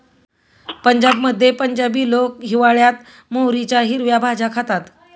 पंजाबमध्ये पंजाबी लोक हिवाळयात मोहरीच्या हिरव्या भाज्या खातात